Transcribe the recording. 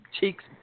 cheeks